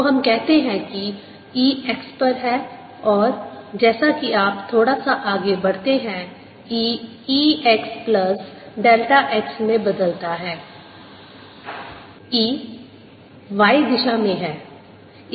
तो हम कहते हैं कि E x पर है और जैसा कि आप थोड़ा सा आगे बढ़ते हैं E E x plus delta x में बदलता है E Y दिशा में है